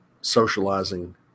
socializing